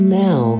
now